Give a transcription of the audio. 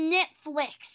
Netflix